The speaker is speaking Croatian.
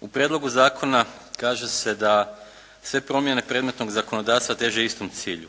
U prijedlogu zakona kaže se da sve promjene predmetnog zakonodavstva teže istom cilju,